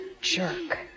jerk